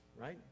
Right